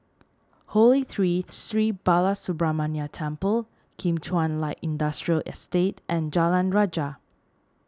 Holy Tree Sri Balasubramaniar Temple Kim Chuan Light Industrial Estate and Jalan Rajah